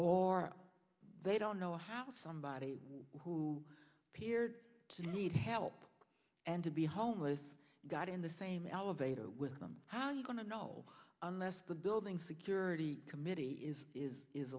or they don't know how somebody who appeared to need help and to be homeless got in the same elevator with them how are you going to know unless the building security committee is is is